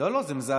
לא, לא, זה מזעזע.